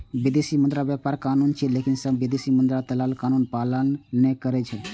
विदेशी मुद्रा व्यापार कानूनी छै, लेकिन सब विदेशी मुद्रा दलाल कानूनक पालन नै करै छै